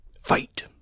Fight